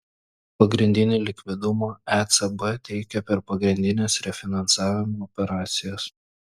pagrindinį likvidumą ecb teikia per pagrindines refinansavimo operacijas